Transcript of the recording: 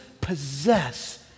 possess